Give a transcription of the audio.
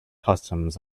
customs